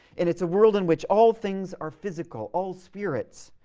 and it's a world in which all things are physical. all spirits,